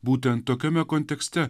būtent tokiame kontekste